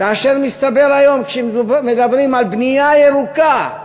כאשר מסתבר היום, כשמדברים על בנייה ירוקה,